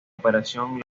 operación